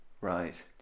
Right